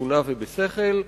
בתבונה ובשכל,